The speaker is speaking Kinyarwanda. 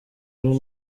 ari